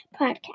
podcast